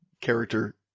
character